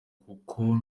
kuko